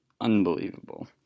unbelievable